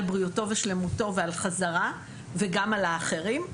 בריאותו ושלמותו ועל חזרה וגם על האחרים,